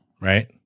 Right